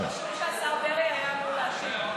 רשום שהשר דרעי היה אמור להשיב לי.